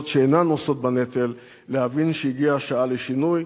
שאינן נושאות בנטל להבין שהגיעה השעה לשינוי.